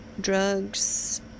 drugs